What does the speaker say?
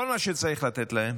כל מה שצריך לתת להם